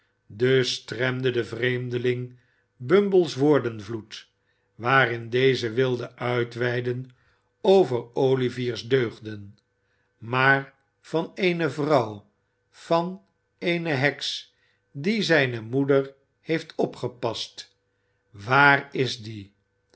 dus stremde de vreemdeling bumble's woordenvloed waarin deze wilde uitweiden over o ivier's deugden maar van eene vrouw van eene heks die zijne moeder heeft opgepast waar is die